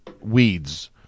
weeds